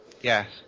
Yes